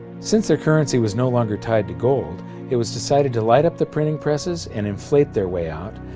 since the currency was no longer tied to gold it was decided to light up the printing presses and inflate their way out,